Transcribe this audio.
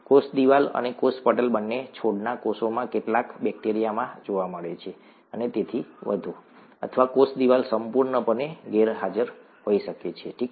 કોષ દિવાલ અને કોષ પટલ બંને છોડના કોષોમાં કેટલાક બેક્ટેરિયામાં જોવા મળે છે અને તેથી વધુ અથવા કોષ દિવાલ સંપૂર્ણપણે ગેરહાજર હોઈ શકે છે ઠીક છે